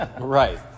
right